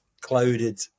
clouded